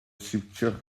siwtio